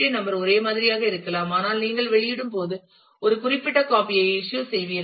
என் number ஒரே மாதிரியாக இருக்கலாம் ஆனால் நீங்கள் வெளியிடும் போது ஒரு குறிப்பிட்ட காபிஐ இஸ்யூ செய்வீர்கள்